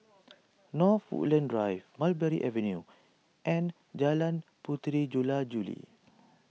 North Woodlands Drive Mulberry Avenue and Jalan Puteri Jula Juli